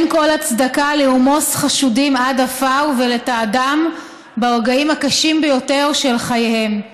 אין כל הצדקה לרמוס חשודים עד עפר ולתעדם ברגעים הקשים ביותר של חייהם.